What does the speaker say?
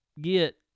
get